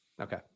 Okay